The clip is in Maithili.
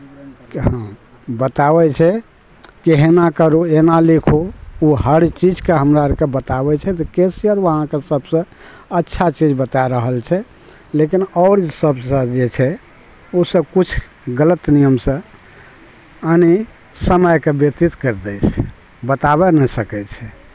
कि हँ बताबै छै के एना करू एना लिखू ओ हर चीजके हमरा आओरकेँ बताबै छै तऽ कैशिअर ओ अहाँके सबसे अच्छा चीज बता रहल छै लेकिन आओर जे सबसे जे छै ओ सबकिछु गलत नियमसँ यानी समयके व्यतीत करि दै छै बताबे नहि सकै छै